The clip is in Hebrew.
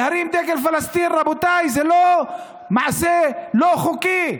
להרים דגל פלסטין, רבותיי, זה לא מעשה לא חוקי.